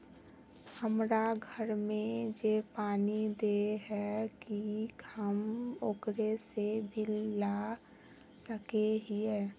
हमरा घर में जे पानी दे है की हम ओकरो से बिल ला सके हिये?